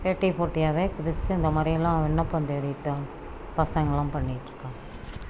ஏட்டிக்கு போட்டியாகவே குதித்து இந்த மாதிரியெல்லாம் விண்ணப்பம் தேடிகிட்டு பசங்களெலாம் பண்ணிகிட்ருக்காங்க